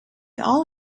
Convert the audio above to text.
all